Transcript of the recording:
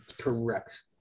Correct